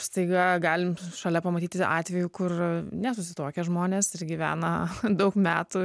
staiga galim šalia pamatyti atvejų kur nesusituokę žmonės ir gyvena daug metų